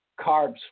carbs